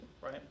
Right